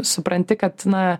supranti kad na